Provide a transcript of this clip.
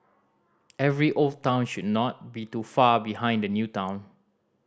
every old town should not be too far behind the new town